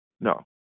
no